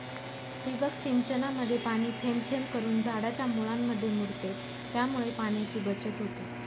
ठिबक सिंचनामध्ये पाणी थेंब थेंब करून झाडाच्या मुळांमध्ये मुरते, त्यामुळे पाण्याची बचत होते